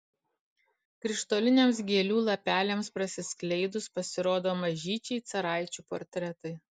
krištoliniams gėlių lapeliams prasiskleidus pasirodo mažyčiai caraičių portretai